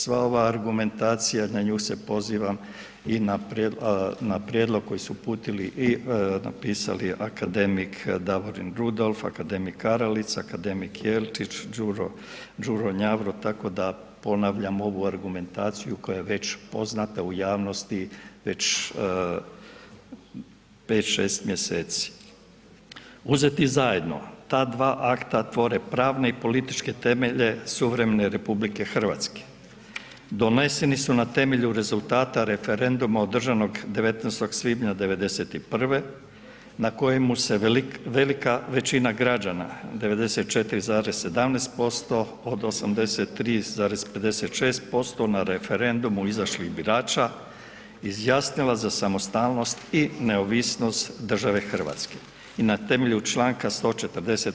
Sva ova argumentacija, na nju se pozivam i na prijedlog koji su uputili i napisali akademik Davorin Rudolf, akademik Aralica, akademik Jelčić, Đuro, Đuro Njavro, tako da ponavljam ovu argumentaciju koja je već poznata u javnosti već 5-6. mj., uzeti zajedno ta dva akta tvore pravne i političke temelje suvremene RH, doneseni su na temelju rezultata referenduma od državnog 19. svibnja '91. na kojemu se velika većina građana 94,17% od 83,56% na referendumu izašlih birača izjasnila za samostalnost i neovisnost države Hrvatske i na temelju čl. 140.